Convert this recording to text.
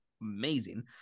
amazing